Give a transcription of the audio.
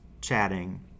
chatting